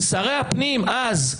שרי הפנים אז,